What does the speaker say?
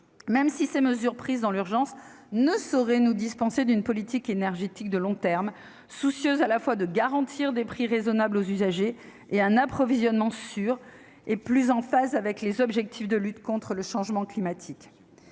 prochain. Ces mesures prises dans l'urgence ne sauraient toutefois nous dispenser d'une politique énergétique de long terme, soucieuse de garantir à la fois des prix raisonnables aux usagers et un approvisionnement sécurisé et plus en adéquation avec les objectifs de lutte contre le changement climatique.